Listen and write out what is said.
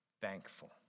thankful